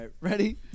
Ready